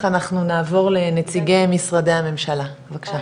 אנחנו נעבור לנציגי משרדי הממשלה בבקשה.